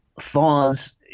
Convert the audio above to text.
thaws